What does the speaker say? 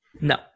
No